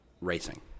racing